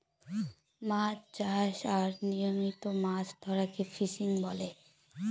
মাছ চাষ আর নিয়মিত মাছ ধরাকে ফিসিং বলে